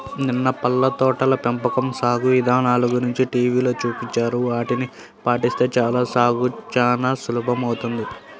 నిన్న పళ్ళ తోటల పెంపకం సాగు ఇదానల గురించి టీవీలో చూపించారు, ఆటిని పాటిస్తే చాలు సాగు చానా సులభమౌతది